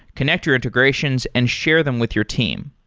connect your integrations and share them with your team.